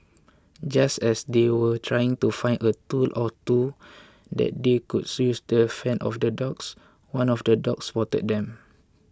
just as they were trying to find a tool or two that they could use to fend off the dogs one of the dogs spotted them